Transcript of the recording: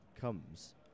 comes